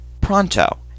Pronto